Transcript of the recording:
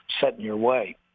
set-in-your-way